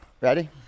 Ready